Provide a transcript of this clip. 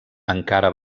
encara